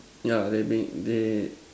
yeah they being they